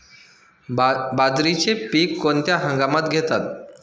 बाजरीचे पीक कोणत्या हंगामात घेतात?